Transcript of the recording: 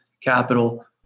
capital